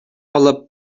алып